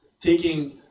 taking